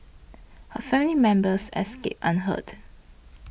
her family members escaped unhurt